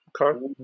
Okay